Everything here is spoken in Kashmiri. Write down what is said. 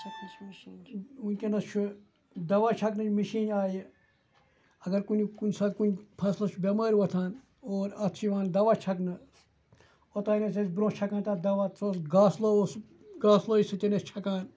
وٕنۍکٮ۪نَس چھُ دَوا چھَکنٕچ مِشیٖن آیہِ اگر کُنہِ کُنہِ ساتہٕ کُنہِ فصلَس چھُ بٮ۪مٲرۍ وۄتھان اور اَتھ چھِ یِوان دوا چھَکنہٕ اوٚتام ٲسۍ أسۍ بروںٛہہ چھَکان تَتھ دوا سُہ اوس گاسہٕ لوٚو اوس سُہ گاسہٕ لٲوِس سۭتۍ ٲسۍ چھَکان